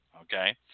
okay